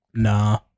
Nah